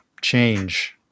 change